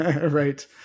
Right